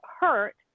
hurt